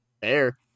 Fair